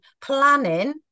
planning